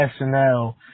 SNL